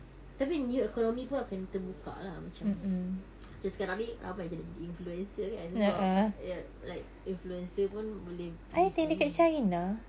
tapi new economy pun akan terbuka lah macam macam sekarang ni ramai yang dah jadi influencer kan sebab ya like influencer pun boleh give money